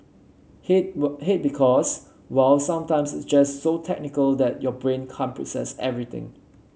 hate but hate because well sometimes it's just so technical that your brain can't process everything